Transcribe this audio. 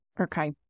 okay